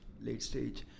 late-stage